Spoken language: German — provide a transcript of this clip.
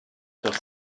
doch